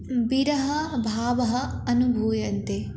विरहभावः अनुभूयते